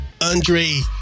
Andre